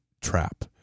trap